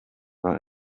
war